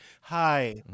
Hi